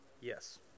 Yes